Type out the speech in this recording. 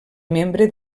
membre